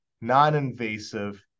non-invasive